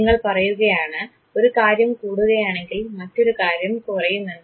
നിങ്ങൾ പറയുകയാണ് ഒരു കാര്യം കൂടുകയാണെങ്കിൽ മറ്റൊരു കാര്യം കുറയുമെന്ന്